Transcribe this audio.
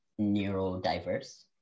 neurodiverse